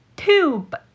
tube